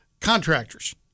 contractors